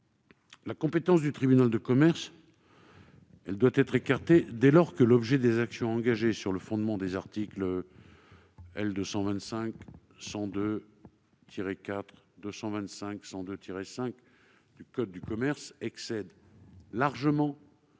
La compétence du tribunal de commerce doit être écartée dès lors que l'objet des actions engagées sur le fondement des articles L. 225-102-4 et L. 225-102-5 du code de commerce excède largement,